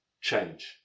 change